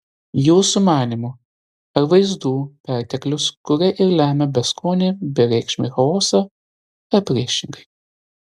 jūsų manymu ar vaizdų perteklius kuria ir lemia beskonį bereikšmį chaosą ar priešingai